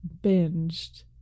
binged